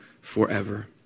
forever